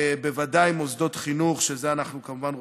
בוודאי במוסדות חינוך, שאת זה אנחנו כמובן רוצים,